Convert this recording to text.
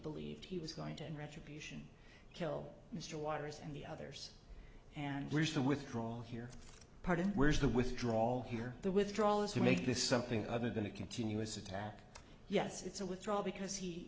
believed he was going to end retribution kill mr waters and the others and wish to withdraw here pardon where is the withdrawal here the withdrawal is to make this something other than a continuous attack yes it's a withdrawal because he